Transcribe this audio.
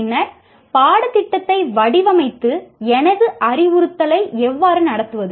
பின்னர் பாடத்திட்டத்தை வடிவமைத்து எனது அறிவுறுத்தலை எவ்வாறு நடத்துவது